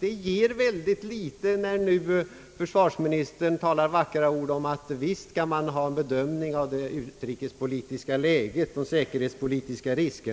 Jag tycker att försvarsministerns vackra ord om att man visst skall utgå från en bedömning av säkerhetsriskerna i det utrikespolitiska läget verkar föga förtroendeingivande